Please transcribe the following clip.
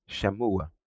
Shamua